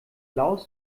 blaues